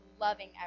loving